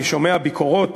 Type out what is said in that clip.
אני שומע ביקורות